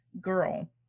girl